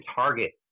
target